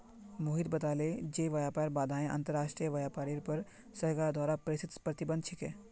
मोहित बताले जे व्यापार बाधाएं अंतर्राष्ट्रीय व्यापारेर पर सरकार द्वारा प्रेरित प्रतिबंध छिके